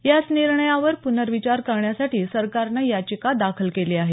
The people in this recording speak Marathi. याच निर्णयावर प्नर्विचार करण्यासाठी सरकारनं याचिका दाखल केली आहे